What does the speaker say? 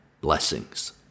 blessings